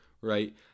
right